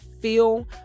Feel